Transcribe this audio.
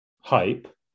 hype